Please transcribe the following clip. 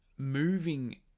Moving